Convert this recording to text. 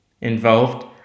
involved